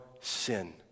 sin